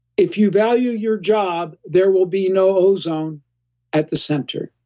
if you value your job, there will be no ozone at the center.